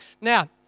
Now